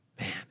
Man